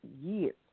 years